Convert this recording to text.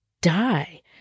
die